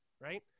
right